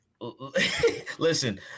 Listen